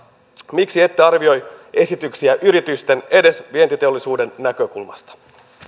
miksi ette arvioi esityksiä yritysten edes vientiteollisuuden näkökulmasta